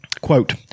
quote